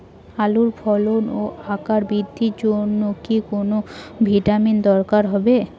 আলুর ফলন ও আকার বৃদ্ধির জন্য কি কোনো ভিটামিন দরকার হবে?